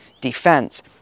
defense